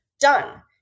Done